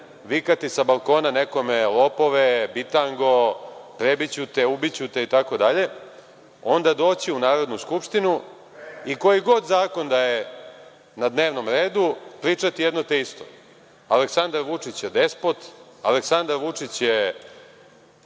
vikati sa balkona nekome – lopove, bitango, prebiću te, ubiću te itd, onda doći u Narodnu skupštinu i koji god zakon da je na dnevnom redu, pričati jedno te isto – Aleksandar Vučić je despot, Aleksandar Vučić je